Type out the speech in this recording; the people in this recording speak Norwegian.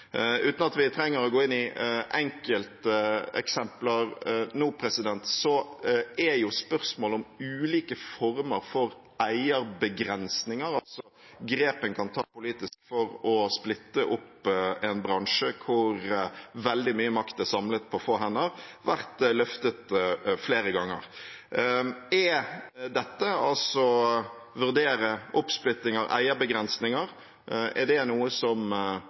Uten at vi trenger å gå inn i enkelteksempler nå, har spørsmålet om ulike former for eierbegrensninger, altså grep en kan ta politisk for å splitte opp en bransje hvor veldig mye makt er samlet på få hender, vært løftet flere ganger. Er dette, altså å vurdere oppsplitting og eierbegrensninger, noe regjeringen er